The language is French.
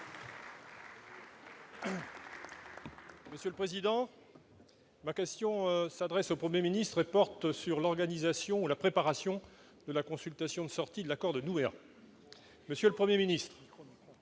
Monsieur le président, ma question s'adresse au 1er ministre porte sur l'organisation à la préparation de la consultation de sortie de l'accord de nourrir monsieur le 1er ministre